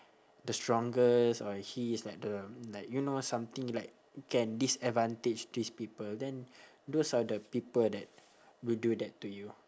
the strongest or he is like the like you know something like can disadvantage this people then those are the people that will do that to you